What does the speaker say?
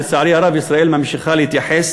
לצערי הרב, ישראל ממשיכה להתייחס